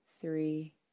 three